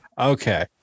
Okay